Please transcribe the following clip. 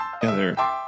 together